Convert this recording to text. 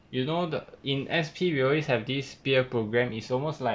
you know the in S_P we always have this sphere program is almost like